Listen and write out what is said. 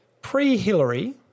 Pre-Hillary